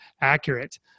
accurate